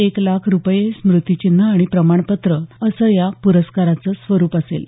एक लाख रुपये स्मृतिचिन्ह आणि प्रमाणपत्र असं या प्रस्काराचा स्वरुप असेल